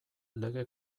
lege